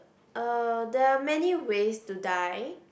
uh there are many ways to die